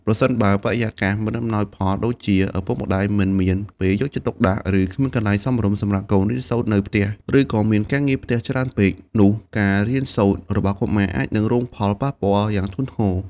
ប្រសិនបើបរិយាកាសមិនអំណោយផល ដូចជាឪពុកម្តាយមិនមានពេលយកចិត្តទុកដាក់ ឬគ្មានកន្លែងសមរម្យសម្រាប់កូនរៀនសូត្រនៅផ្ទះ ឬក៏មានការងារផ្ទះច្រើនពេក នោះការរៀនសូត្ររបស់កុមារអាចនឹងរងផលប៉ះពាល់យ៉ាងធ្ងន់ធ្ងរ។